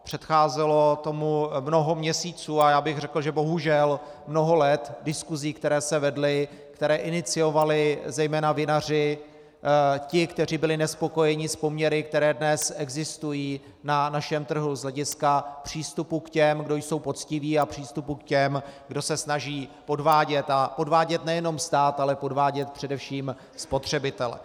Předcházelo tomu mnoho měsíců a já bych řekl bohužel mnoho let diskusí, které se vedly, které iniciovali zejména vinaři, ti, kteří byli nespokojeni s poměry, které dnes existují na našem trhu z hlediska přístupu k těm, kdo jsou poctiví, a přístupu k těm, kdo se snaží podvádět nejenom stát, ale podvádět především spotřebitele.